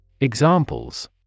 Examples